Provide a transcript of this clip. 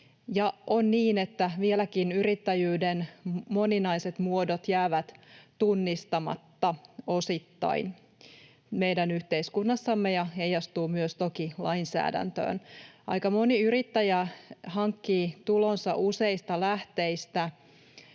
on niin, että vieläkin yrittäjyyden moninaiset muodot jäävät osittain tunnistamatta meidän yhteiskunnassamme, ja se heijastuu toki myös lainsäädäntöön. Aika moni yrittäjä hankkii tulonsa useista lähteistä